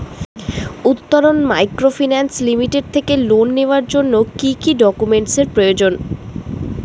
Uttaran microfinance limited থেকে loan নেওয়ার জন্য কি কি ডকুমেন্টস এর প্রয়োজন?